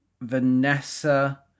Vanessa